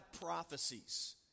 prophecies